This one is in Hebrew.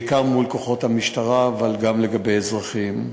בעיקר מול כוחות המשטרה, אבל גם לגבי אזרחים.